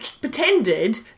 pretended